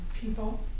people